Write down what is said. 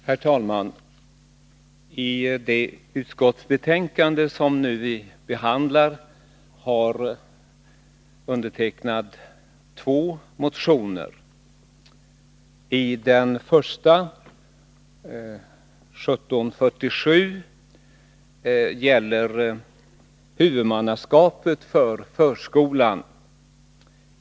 Herr talman! I det aktuella utskottsbetänkandet behandlas två motioner med mig som motionär. Den första motionen, 1747, gäller huvudmannaskapet för förskolan.